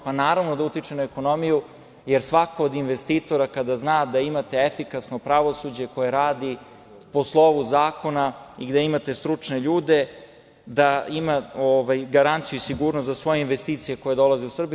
Pa, naravno da utiče na ekonomiju, jer svako od investitora kada zna da imate efikasno pravosuđe koje radi po slovu zakona i gde imate stručne ljude, da ima garanciju i sigurnost za svoje investicije koje dolaze u Srbiju.